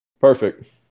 Perfect